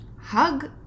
hug